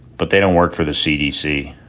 but they don't work for the cdc.